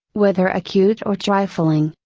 whether acute or trifling.